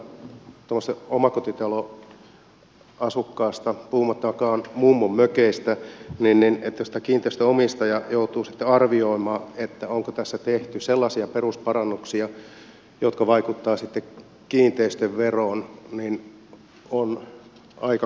silloin jos puhutaan omakotitaloasukkaasta puhumattakaan mummonmökeistä niin jos tämä kiinteistöomistaja joutuu sitten arvioimaan onko tässä tehty sellaisia perusparannuksia jotka vaikuttavat sitten kiinteistöveroon se on aika kohtuutonta